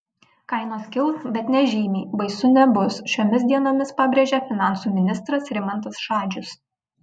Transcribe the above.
kainos kils bet nežymiai baisu nebus šiomis dienomis pabrėžė finansų ministras rimantas šadžius